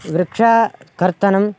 वृक्षस्य कर्तनं